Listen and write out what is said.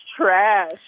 trash